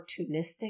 opportunistic